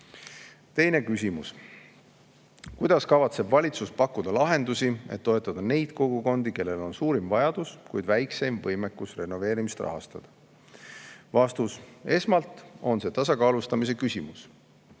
Teine küsimus: "Kuidas kavatseb valitsus pakkuda lahendusi, et toetada neid kogukondi, kellel on suurim vajadus, kuid väikseim võimekus renoveerimist rahastada?" Vastus. Esmalt on see tasakaalustamise küsimus.